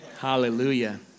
Hallelujah